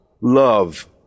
love